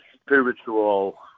spiritual